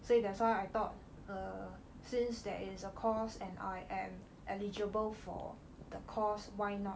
所以 that's why I thought err since there is a course and I am eligible for the course why not